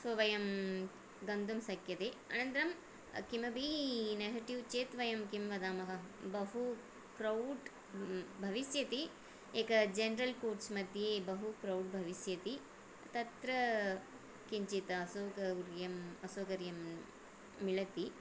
सो वयं गन्तुं शक्यते अनन्तरं किमपि नेगेटिव् चेत् वयं किं वदामः बहु क्रौड् भविष्यति एकं जेन्रल् कोच्मध्ये बहु क्रौड् भविष्यति तत्र किञ्चित् असौकर्यम् असौकर्यं मिलति